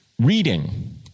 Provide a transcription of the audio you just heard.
Reading